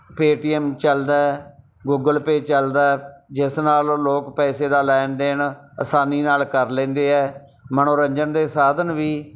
Paytm ਚੱਲਦਾ Google pay ਚੱਲਦਾ ਜਿਸ ਨਾਲ ਲੋਕ ਪੈਸੇ ਦਾ ਲੈਣ ਦੇਣ ਆਸਾਨੀ ਨਾਲ ਕਰ ਲੈਂਦੇ ਹੈ ਮਨੋਰੰਜਨ ਦੇ ਸਾਧਨ ਵੀ